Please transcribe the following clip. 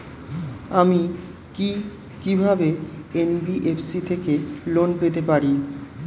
আমি কি কিভাবে এন.বি.এফ.সি থেকে লোন পেতে পারি?